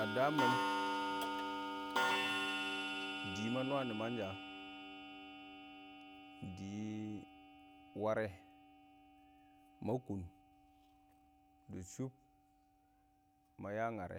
A dam mɪn dɪ ma nwa nɪmansha ɪng dɪ warɛ, ma kʊn dɪ shub, ma ya ngare,